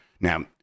Now